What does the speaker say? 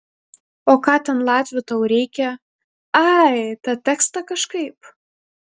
o ką ten latvių tau reikia ai tą tekstą kažkaip